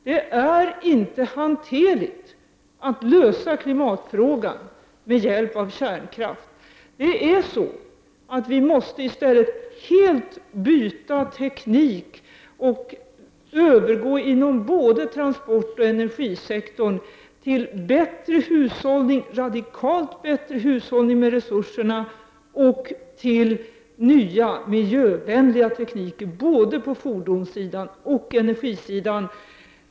Det är inte hanterligt att lösa klimatfrågan med hjälp-av kärnkraft. Vi måste i stället helt byta teknik och övergå inom både transportoch energisektorn till en radikalt bättre hushållning med resurserna och till nya miljövänligare tekniker såväl på fordonssidan som på energisidan.